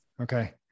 Okay